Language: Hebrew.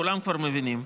כולם כבר מבינים.